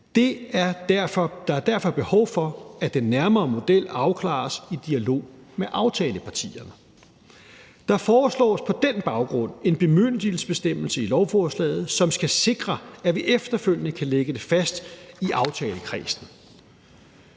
Der er derfor behov for, at den nærmere model afklares i dialog med aftalepartierne. Der foreslås på den baggrund en bemyndigelsesbestemmelse i lovforslaget, som skal sikre, at vi efterfølgende kan lægge det fast i aftalekredsen.